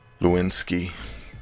lewinsky